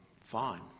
Fine